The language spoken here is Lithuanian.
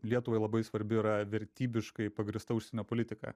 lietuvai labai svarbi yra vertybiškai pagrįsta užsienio politika